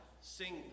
sing